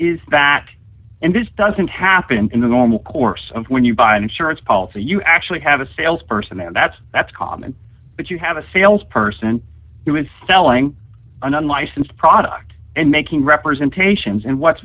is that and this doesn't happen in the normal course of when you buy an insurance policy you actually have a salesperson and that's that's common but you have a sales person who is selling unlicensed products and making representations and what's